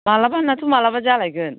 मालाबानाथ' मालाबा जालायगोन